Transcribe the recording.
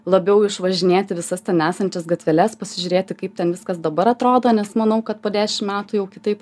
labiau išvažinėti visas ten esančias gatveles pasižiūrėti kaip ten viskas dabar atrodo nes manau kad po dešim metų jau kitaip